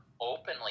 openly